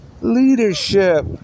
Leadership